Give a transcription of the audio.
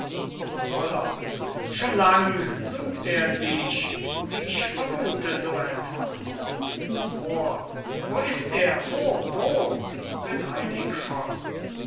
roller schon lang sucht er dich ich vermuthe so etwas moor wo ist er wo wo